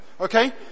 Okay